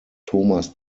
thomas